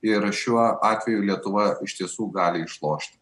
ir šiuo atveju lietuva iš tiesų gali išlošti